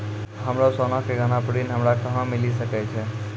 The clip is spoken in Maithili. हमरो सोना के गहना पे ऋण हमरा कहां मिली सकै छै?